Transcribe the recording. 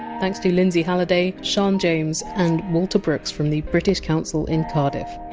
thanks to lyndsey halliday, sion james and walter brooks from the british council in cardiff.